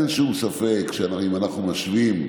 אין שום ספק שאם אנחנו משווים,